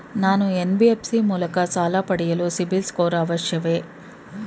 ನಾನು ಎನ್.ಬಿ.ಎಫ್.ಸಿ ಮೂಲಕ ಸಾಲ ಪಡೆಯಲು ಸಿಬಿಲ್ ಸ್ಕೋರ್ ಅವಶ್ಯವೇ?